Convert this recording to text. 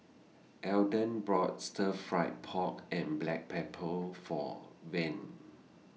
Ayden bought Stir Fried Pork and Black Pepper For Vern